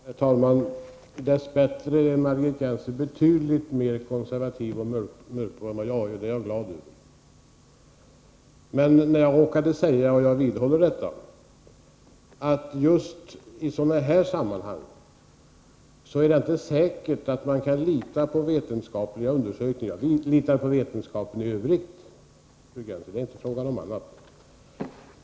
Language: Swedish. Herr talman! Dess bättre är Margit Gennser betydligt mer konservativ och mörkblå än jag. Det är jag glad över. Men jag vidhåller att just i sådana här sammanhang är det inte säkert att man kan lita på vetenskapliga undersökningar. Jag litar på vetenskapen i övrigt, fru Gennser, det är inte fråga om annat.